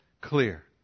clear